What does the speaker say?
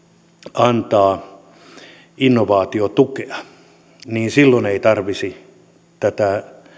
antaa innovaatiotukea niin silloin ei tarvitsisi tätä